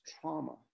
trauma